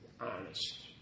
honest